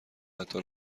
حتی